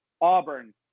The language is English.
Auburn